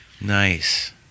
Nice